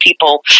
people